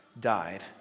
died